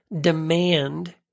demand